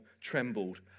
trembled